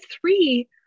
three